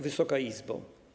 Wysoka Izbo!